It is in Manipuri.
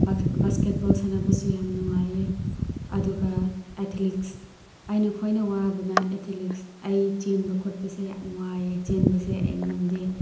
ꯕꯥꯁꯀꯦꯠꯕꯣꯜ ꯁꯥꯟꯅꯕꯁꯨ ꯌꯥꯝ ꯅꯨꯡꯉꯥꯏꯌꯦ ꯑꯗꯨꯒ ꯑꯦꯊꯂꯤꯛꯁ ꯑꯩꯅ ꯈ꯭ꯋꯥꯏꯅ ꯋꯥꯕꯅ ꯑꯦꯊꯂꯤꯛꯁ ꯑꯩ ꯆꯦꯟꯕ ꯈꯣꯠꯄꯁꯦ ꯌꯥꯝ ꯋꯥꯏꯌꯦ ꯆꯦꯟꯕꯁꯦ ꯑꯩ ꯉꯝꯗꯦ